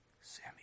Sammy